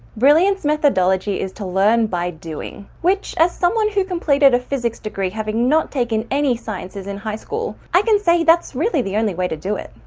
brilliant methodology is to learn by doing which as someone who completed a physics degree having not taken any sciences in high school i can say that's really the only way to do it.